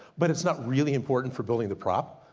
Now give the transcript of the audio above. but it's not really important for building the prop.